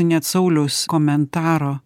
net sauliaus komentaro